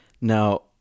Now